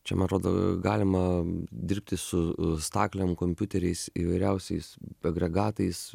čia man atrodo galima dirbti su staklėm kompiuteriais įvairiausiais agregatais